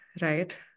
right